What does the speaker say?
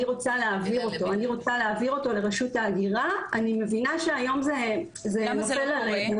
אני רוצה להעביר אותו לרשות ההגירה אני מבינה שהיום זה לא קורה.